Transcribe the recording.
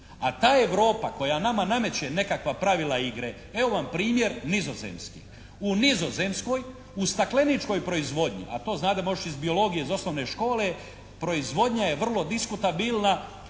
a ta Europa koja nama nameće nekakva pravila igre, evo vam primjer Nizozemske. U Nizozemskoj u stakleničkoj proizvodnji a to znademo još iz biologije iz osnovne škole proizvodnja je vrlo diskutabilna,